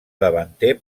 davanter